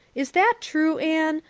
is that true, anne?